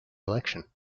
election